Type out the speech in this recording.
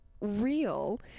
real